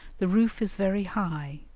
the roof is very high,